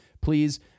Please